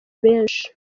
benshi